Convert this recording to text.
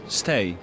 stay